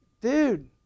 Dude